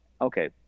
Okay